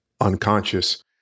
unconscious